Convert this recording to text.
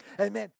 amen